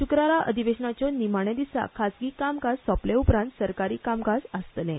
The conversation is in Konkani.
श्क्रारा अधिवेशनाच्या निमाण्या दिसा खासगी कामकाज सोपले उपरांत सरकारी कामकाज आसतलें